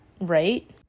right